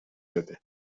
بده